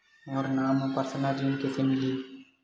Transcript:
मोर नाम म परसनल ऋण कइसे मिलही?